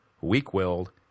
weak-willed